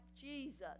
Jesus